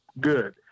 good